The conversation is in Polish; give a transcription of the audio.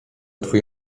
twój